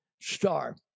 star